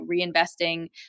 reinvesting